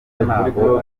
ntago